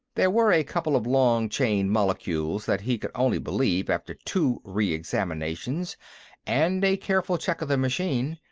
there were a couple of long-chain molecules that he could only believe after two re-examinations and a careful check of the machine,